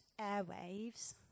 airwaves